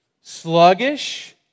sluggish